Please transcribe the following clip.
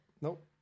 Nope